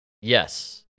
Yes